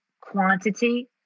quantity